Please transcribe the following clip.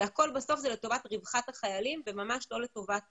הכול בסוף זה לטובת רווחת החיילים וממש לא לטובת